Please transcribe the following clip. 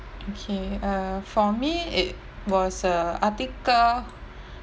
okay uh for me it was a article